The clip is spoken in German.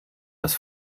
das